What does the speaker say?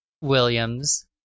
Williams